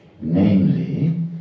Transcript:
namely